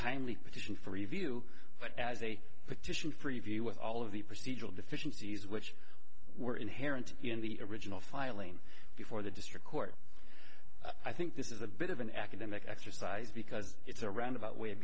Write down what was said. timely petition for review but as a petition preview with all of the procedural deficiencies which were inherent in the original filing before the district court i think this is a bit of an academic exercise because it's a roundabout way of